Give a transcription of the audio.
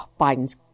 Biden's